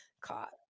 caught